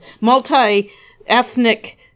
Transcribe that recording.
multi-ethnic